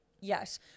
Yes